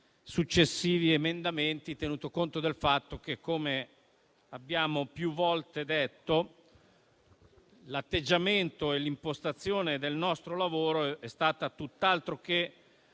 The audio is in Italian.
successivi emendamenti, tenuto conto del fatto che, come abbiamo più volte detto, l'atteggiamento e l'impostazione del nostro lavoro è stata tutt'altro che